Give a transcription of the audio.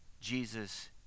Jesus